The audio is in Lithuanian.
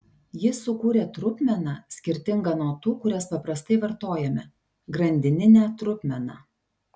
jis sukūrė trupmeną skirtingą nuo tų kurias paprastai vartojame grandininę trupmeną